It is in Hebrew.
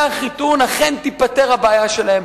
ממנועי החיתון אכן תיפתר הבעיה שלהם.